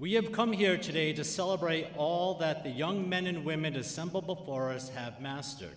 we have come here today to celebrate all that the young men and women before us have mastered